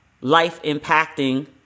life-impacting